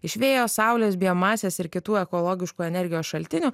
iš vėjo saulės biomasės ir kitų ekologiškų energijos šaltinių